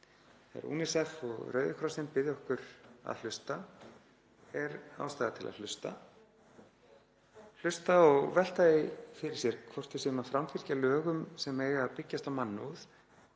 Þegar UNICEF og Rauði krossinn biðja okkur að hlusta er ástæða til að hlusta, hlusta og velta því fyrir sér hvort við séum að framfylgja lögum sem eiga að byggjast á mannúð